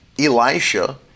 Elisha